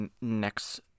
next